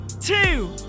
two